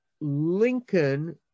Lincoln